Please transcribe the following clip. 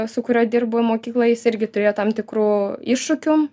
su kuriuo dirbu mokykloj jis irgi turėjo tam tikrų iššūkių